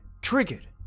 triggered